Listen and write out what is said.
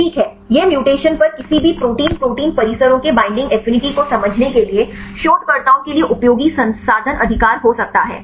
ठीक है यह म्यूटेशन पर किसी भी प्रोटीन प्रोटीन परिसरों के बईंडिंग एफिनिटी को समझने के लिए शोधकर्ताओं के लिए उपयोगी संसाधन अधिकार हो सकता है